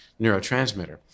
neurotransmitter